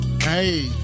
Hey